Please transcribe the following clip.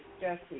Jesse